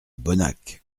bonnac